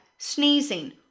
Sneezing